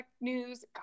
news